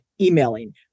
emailing